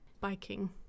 biking